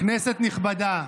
כנסת נכבדה,